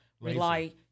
rely